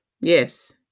Yes